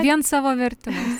vien savo vertimais